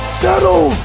settle